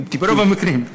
אבל ברוב המקרים.